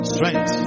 Strength